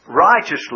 righteously